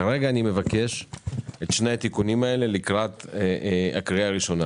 כרגע אני מבקש את שני התיקונים האלה לקראת הקריאה הראשונה.